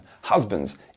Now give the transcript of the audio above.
husbands